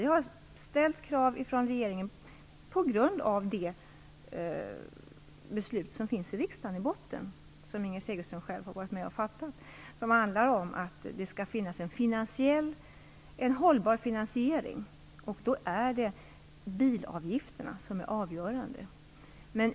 Vi har ställt krav från regeringen på grundval av det beslut som har fattats av riksdagen, som Inger Segelström själv har varit med om att fatta. Det handlar om att det skall finnas en hållbar finansiering. Bilavgifterna är avgörande.